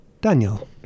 Daniel